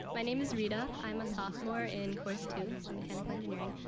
my name is rita. i'm a sophomore in course two, so mechanical engineering.